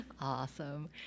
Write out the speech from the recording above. Awesome